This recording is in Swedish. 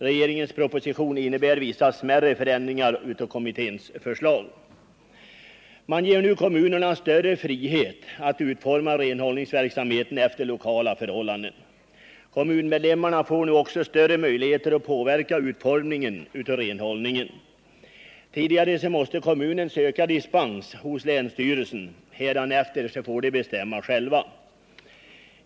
Regeringens proposition innebär vissa smärre förändringar av kommitténs förslag. Man ger nu kommunerna större frihet att utforma renhållningsverksamheten efter lokala förhållanden. Kommunmedlemmarna får nu också större möjligheter att påverka utformningen av renhållningen. Tidigare måste kommunerna söka dispens hos länsstyrelserna. Hädanefter får de bestämma själva.